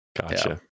Gotcha